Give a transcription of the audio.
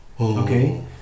okay